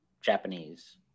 Japanese